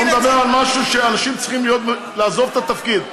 הוא מדבר על משהו שאנשים צריכים לעזוב את התפקיד.